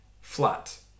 flat